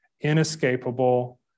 inescapable